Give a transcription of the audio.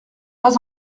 pas